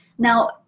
Now